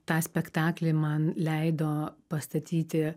tą spektaklį man leido pastatyti